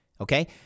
okay